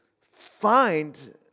find